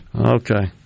Okay